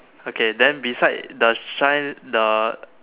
okay then beside the shine the